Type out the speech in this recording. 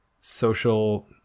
social